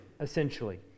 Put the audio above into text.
essentially